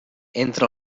entra